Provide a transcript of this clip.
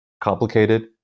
complicated